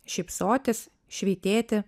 šypsotis švytėti